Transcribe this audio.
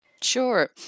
Sure